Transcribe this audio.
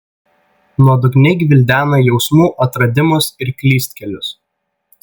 nuodugniai gvildena jausmų atradimus ir klystkelius